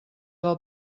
del